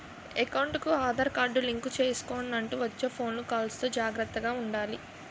ఎకౌంటుకి Aadhaar card link చేసుకొండంటూ వచ్చే ఫోను కాల్స్ తో జాగర్తగా ఉండాలి